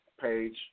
page